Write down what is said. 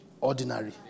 Ordinary